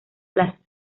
plaza